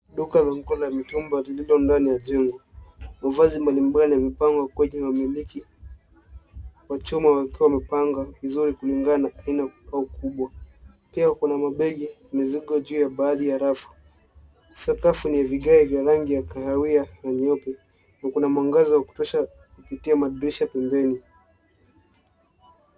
Duka ndogo la mitumba lililo ndani ya jengo. Mavazi mbalimbali yamepangwa kwenye mamiliki wa chuma ukiwa umepangwa vizuri kulingana na aina au ukubwa. Pia kuna mabegi mzigo juu ya baadhi ya rafu. Sakafu ni vigae vya rangi ya kahawia na nyeupe na kuna mwangaza wa kutosha kupitia madirisha pembeni.